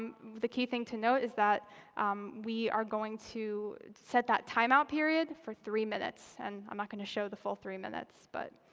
um the key thing to note is that we are going to set that time out period for three minutes. and i'm not going to show the full three minutes. but,